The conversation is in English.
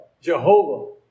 Jehovah